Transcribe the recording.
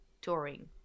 touring